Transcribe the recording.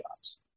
jobs